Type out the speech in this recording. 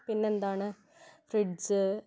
പിന്നെന്താണ് ഫ്രിഡ്ജ്